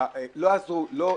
לא עזרו לא תחקירים,